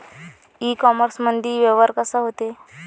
इ कामर्समंदी व्यवहार कसा होते?